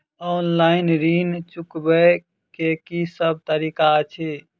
Online ऋण चुकाबै केँ की सब तरीका अछि?